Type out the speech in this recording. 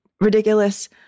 ridiculous